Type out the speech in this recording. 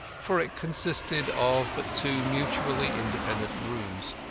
for it consisted of but two mutually independent rooms.